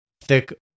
thick